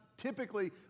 typically